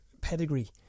pedigree